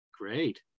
Great